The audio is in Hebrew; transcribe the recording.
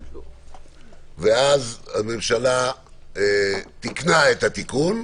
ואז הממשלה תיקנה את התיקון,